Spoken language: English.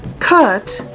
cut,